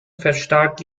verstärkt